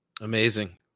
Amazing